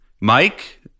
Mike